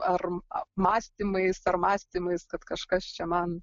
ar mąstymais ar mąstymais kad kažkas čia man